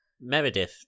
Meredith